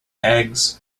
eggs